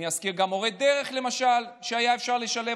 אני אזכיר גם מורי דרך, למשל, שהיה אפשר לשלב.